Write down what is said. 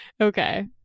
Okay